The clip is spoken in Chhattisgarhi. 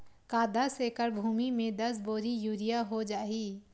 का दस एकड़ भुमि में दस बोरी यूरिया हो जाही?